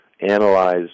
analyze